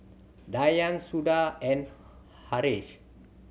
Dhyan Suda and Haresh